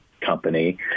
company